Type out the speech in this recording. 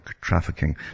trafficking